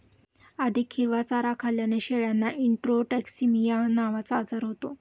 अधिक हिरवा चारा खाल्ल्याने शेळ्यांना इंट्रोटॉक्सिमिया नावाचा आजार होतो